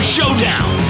Showdown